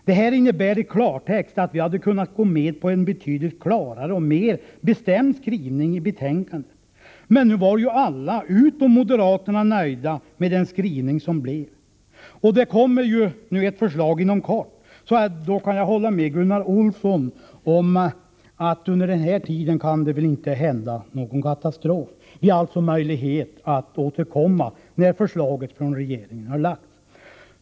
Det här innebär i klartext att vi hade kunnat gå med på en betydligt klarare och mer bestämd skrivning i betänkandet, men nu var ju alla utom moderaterna nöjda med den skrivning som blev. Och det kommer ju nu ett förslag inom kort, så då kan jag hålla med Gunnar Olsson om att under den tiden kan det väl inte hända någon katastrof. Vi har alltså möjlighet att återkomma när regeringen har lagt fram sitt förslag.